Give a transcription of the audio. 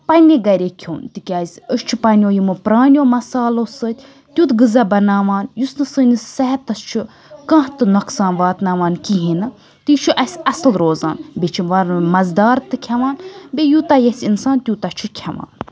پَنٕنہِ گَرے کھیوٚن تِکیازِ أسۍ چھِ پَننیو یِمو پرانیو مصالو سۭتۍ تیُتھ غذا بَناوان یُس نہٕ سٲنِس صحتَس چھُ کانٛہہ تہِ نۄقصان واتناوان کِہیٖنۍ نہٕ تہٕ یہِ چھُ اَسہِ اَصٕل روزان بیٚیہِ چھُ واریاہ مَزٕدار تہِ کھٮ۪وان بیٚیہِ یوٗتاہ ییٚژھِ اِنسان توٗتاہ چھُ کھٮ۪وان